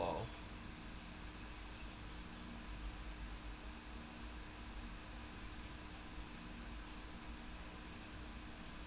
!wow!